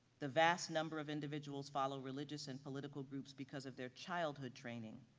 the vast number of individuals follow religious and political groups because of their childhood training,